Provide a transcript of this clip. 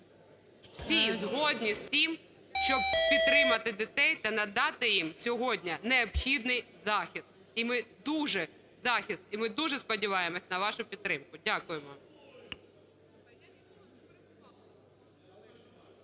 всі згодні з тим, щоб підтримати дітей та надати їм сьогодні необхідний захист. І ми дуже сподіваємося на вашу підтримку. Дякуємо.